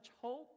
hope